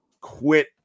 quit